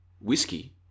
whiskey